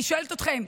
אני שואלת אתכם,